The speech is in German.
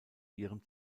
ihrem